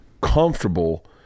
comfortable